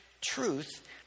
truth